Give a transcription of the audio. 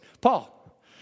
Paul